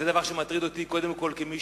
זה מטריד אותי קודם כול כמי